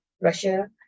Russia